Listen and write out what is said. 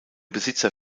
besitzer